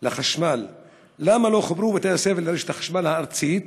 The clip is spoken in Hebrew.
לחשמל: 1. למה לא חוברו בתי-הספר לרשת החשמל הארצית?